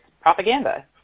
propaganda